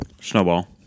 snowball